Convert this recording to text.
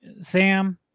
Sam